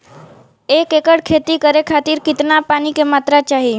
एक एकड़ खेती करे खातिर कितना पानी के मात्रा चाही?